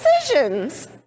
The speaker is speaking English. decisions